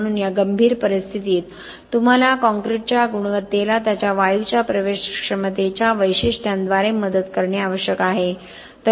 म्हणून या गंभीर परिस्थितीत तुम्हाला कॉंक्रिटच्या गुणवत्तेला त्याच्या वायूच्या प्रवेशक्षमतेच्या वैशिष्ट्यांद्वारे मदत करणे आवश्यक आहे